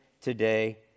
today